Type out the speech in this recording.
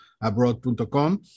Abroad.com